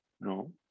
No